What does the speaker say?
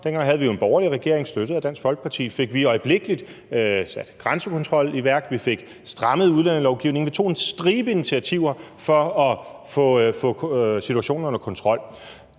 Dengang havde vi jo en borgerlig regering støttet af Dansk Folkeparti, og derfor fik vi øjeblikkelig sat grænsekontrol i værk, vi fik strammet udlændingelovgivningen, vi tog en stribe af initiativer for at få situationen under kontrol.